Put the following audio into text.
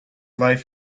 life